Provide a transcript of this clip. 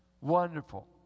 Wonderful